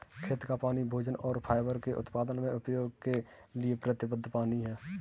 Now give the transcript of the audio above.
खेत का पानी भोजन और फाइबर के उत्पादन में उपयोग के लिए प्रतिबद्ध पानी है